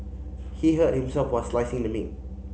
he hurt himself while slicing the meat